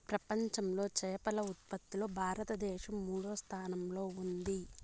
ప్రపంచంలో చేపల ఉత్పత్తిలో భారతదేశం మూడవ స్థానంలో ఉంది